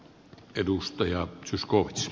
arvoisa herra puhemies